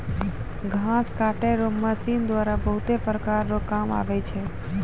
घास काटै रो मशीन द्वारा बहुत प्रकार रो काम मे आबै छै